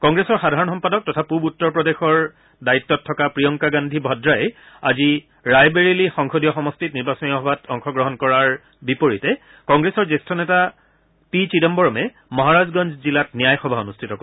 কংগ্ৰেছৰ সাধাৰণ সম্পাদক তথা পুব উত্তৰ প্ৰদেশৰ দায়িত্ব থকা প্ৰিয়ংকা গান্ধী ভদ্ৰাই আজি ৰায়বেৰেলী সংসদীয় সমষ্টিত নিৰ্বাচনী সভাত অংশগ্ৰহণ কৰাৰ বিপৰীতে কংগ্ৰেছৰ জ্যেষ্ঠ নেতা পি চিদাম্বৰমে মহাৰাজগঞ্জ জিলাত ন্যায়সভা অনুষ্ঠিত কৰিব